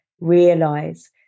realize